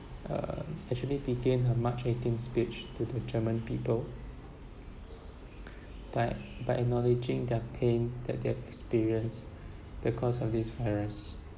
uh actually began her march eighteenth speech to the german people by by acknowledging their pain that they have experienced because of this virus